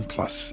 Plus